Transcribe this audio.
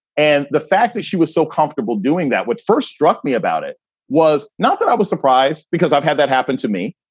and the fact that she was so comfortable doing that, what first struck me about it was not that i was surprised because i've had that happen to me.